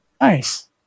Nice